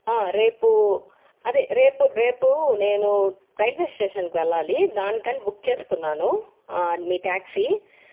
ఆ రేపు అదే రేపు రేపు నేను రైల్వేస్టేషన్కి వెళ్ళాలి దానికని బుక్ చేసుకున్నాను మీ టాక్సీ